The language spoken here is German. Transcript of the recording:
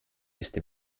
ist